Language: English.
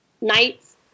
nights